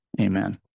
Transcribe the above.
Amen